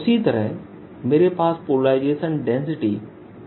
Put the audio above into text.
उसी तरह मेरे पास पोलराइजेशन डेंसिटी P है